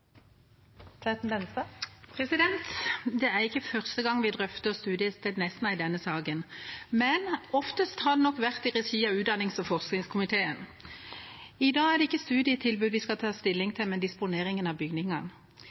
minutter. Dette er ikke første gang vi drøfter studiestedet Nesna i denne salen, men som oftest har det vært i regi av utdannings- og forskningskomiteen. I dag er det ikke studietilbud vi skal ta stilling til, men disponeringen av bygningene.